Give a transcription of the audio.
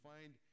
find